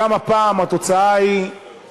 גם היא בכפוף להתניות